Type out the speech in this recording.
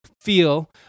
feel